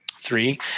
Three